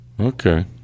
Okay